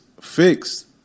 fixed